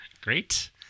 great